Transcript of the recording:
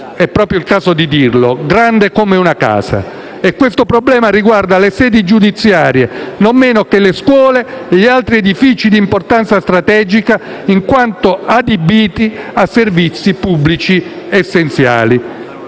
è proprio il caso di dirlo - grande come una casa. E questo problema riguarda le sedi giudiziarie non meno che le scuole e gli altri edifici di importanza strategica, in quanto adibiti a servizi pubblici essenziali.